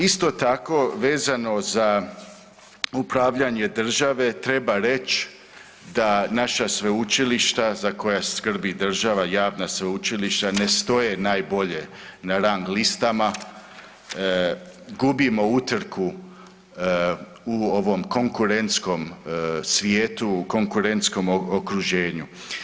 Isto tako vezano za upravljanje države, treba reći da naše sveučilišta za koja skrbi država, javna sveučilišta ne stoje najbolje na rang listama, gubimo utrku u ovom konkurentnom svijetu, konkurentskom okruženju.